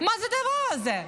מה זה הדבר הזה?